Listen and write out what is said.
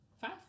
Five